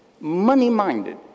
money-minded